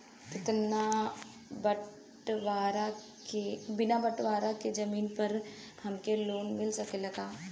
बिना बटवारा के जमीन पर हमके लोन मिल सकेला की ना?